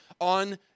on